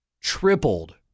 tripled